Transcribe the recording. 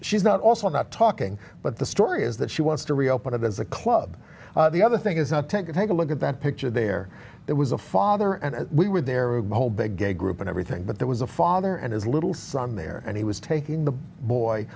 she's not also not talking but the story is that she wants to reopen it as a club the other thing is not take it take a look at that picture there there was a father and we were there a whole big a group and everything but there was a father and his little son there and he was taking the boy